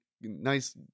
nice